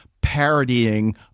parodying